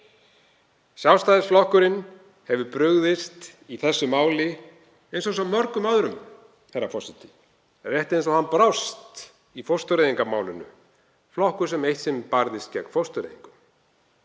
Sjálfstæðisflokkurinn hefur brugðist í þessu máli eins og svo mörgum öðrum, herra forseti, rétt eins og hann brást í fóstureyðingamálinu, flokkur sem eitt sinn barðist gegn fóstureyðingum.